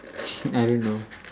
I don't know